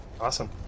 Awesome